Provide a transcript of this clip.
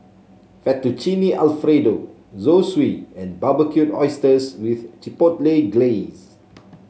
Fettuccine Alfredo Zosui and Barbecued Oysters with Chipotle Glaze